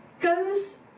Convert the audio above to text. goes